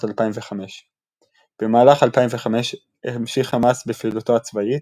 2005. במהלך 2005 המשיך חמאס בפעילותו הצבאית,